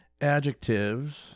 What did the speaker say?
Adjectives